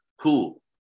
cool